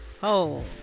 home